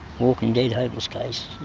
walking dead, hopeless case,